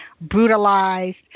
brutalized